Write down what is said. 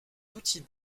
outil